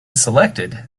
selected